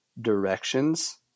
directions